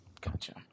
Gotcha